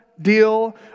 deal